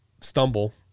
stumble